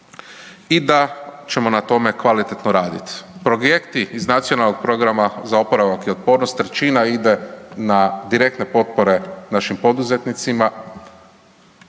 i da ćemo na tome kvalitetno radit. Projekti iz nacionalnog programa za oporavak i otpornost trećina ide na direktne potpore našim poduzetnicima,